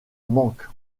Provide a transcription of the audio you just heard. manque